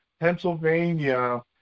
pennsylvania